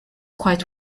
quite